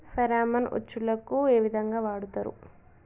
Pheromone ఉచ్చులకు ఏ విధంగా వాడుతరు?